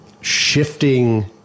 shifting